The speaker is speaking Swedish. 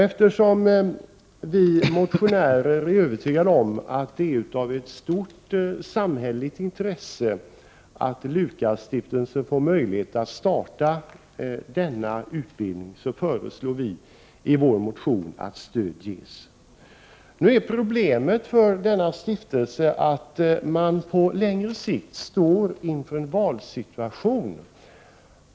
Eftersom vi motionärer är övertygade om att det är ett stort samhälleligt intresse att S:t Lukasstiftelsen får möjlighet att starta denna utbildning, föreslår vi i vår motion att stöd ges. Problemet för denna stiftelse är att man på längre sikt står inför en valsituation.